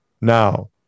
Now